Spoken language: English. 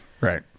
Right